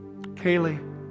Kaylee